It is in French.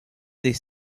des